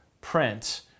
print